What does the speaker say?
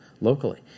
locally